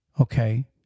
okay